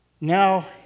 Now